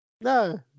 No